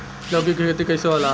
लौकी के खेती कइसे होला?